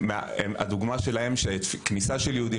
הדוגמה שלהם היא שכניסה של יהודים